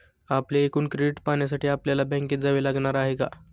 आपले एकूण क्रेडिट पाहण्यासाठी आपल्याला बँकेत जावे लागणार आहे का?